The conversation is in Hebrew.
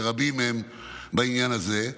ורבים מהם בעניין הזה,